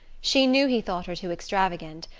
she knew he thought her too extravagant,